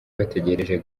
bategereje